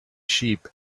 sheep